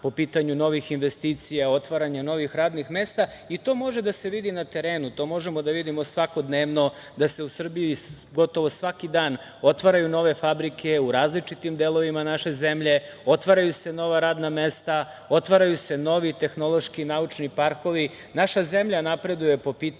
po pitanju novih investicija, otvaranja novih radnih mesta. To može da se vidi na terenu, to možemo da vidimo svakodnevno da se u Srbiji gotovo svaki dan otvaraju nove fabrike u različitim delovima naše zemlje, otvaraju se nova radna mesta, otvaraju se novi tehnološki naučni parkovi. Naša zemlja napreduje po pitanju